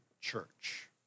church